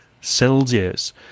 Celsius